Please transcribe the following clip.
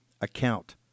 account